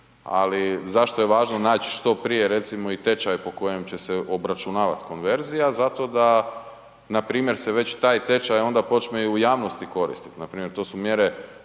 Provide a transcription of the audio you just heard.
ali zašto je važno naći što prije recimo i tečaj po koje će se obračunavati konverzija, zato da npr. se već taj tečaj onda počne i u javnosti koristiti. Npr. to su mjere